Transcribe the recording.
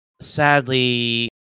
sadly